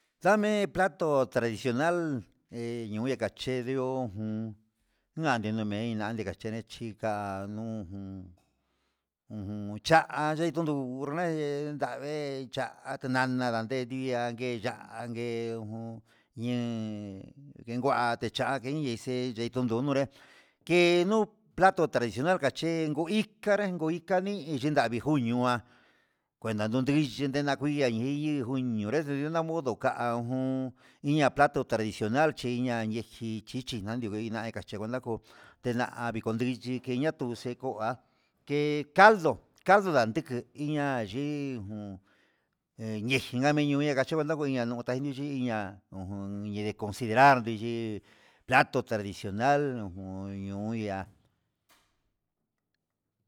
Dame plato tradicional he nió nikachendió ojun nai nanema'a dichane tika'a, kanuu jun un cha'a ndidunne ne'e ndavee chá tinana ndanden ndi'a ngué ya'á ngue ngun yen yengua techa'a ngueiñe xe'e tunguen ngunrá he nuu plato tradicional kache ku inkanre ku inkanré kanii chindavii njunuá kuenda nduyi kuenda kuii iya neñe njuni onre ndio na nodo ka'a jun iña plato tradicional che ñaji chichi inda ndikucha chinandika cheno nguna ko'o ndena'a kuyinchi kiña'a, atuxekoa ke'e caldo caldo ndadike iña'a yijun jeyin ngame'e iñe ndikochiku ndachi miña ndutanu yiña, ujun yendii consideral ndiyii plato tradicional ujun ñuu ya'a.